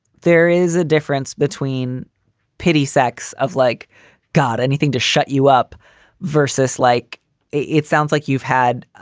there is a difference between pity sex of like god anything to shut you up versus like it sounds like you've had